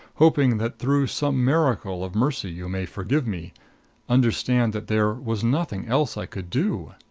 hoping that through some miracle of mercy you may forgive me understand that there was nothing else i could do.